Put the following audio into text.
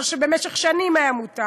מה שבמשך שנים היה מותר,